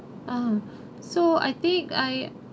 ah so I think I